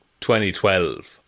2012